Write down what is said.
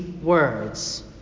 words